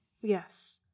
Yes